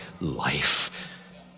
life